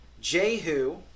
Jehu